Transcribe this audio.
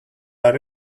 are